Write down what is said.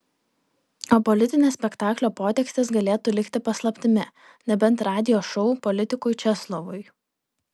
o politinės spektaklio potekstės galėtų likti paslaptimi nebent radijo šou politikui česlovui